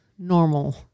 Normal